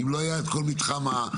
אם לא היה את כל מתחם ה-BBC,